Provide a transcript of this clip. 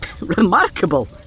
remarkable